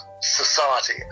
society